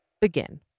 begin